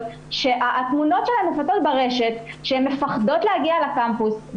שהתמונות שלהן מופצות ברשת ושהן מפחדות להגיע לקמפוס.